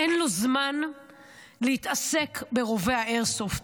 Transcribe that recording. אין לו זמן להתעסק ברוביה האיירסופט,